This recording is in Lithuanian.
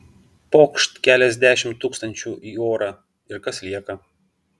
pokšt keliasdešimt tūkstančių į orą ir kas lieka